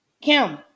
Kim